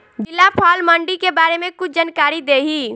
जिला फल मंडी के बारे में कुछ जानकारी देहीं?